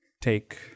take